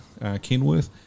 Kenworth